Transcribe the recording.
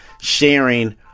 sharing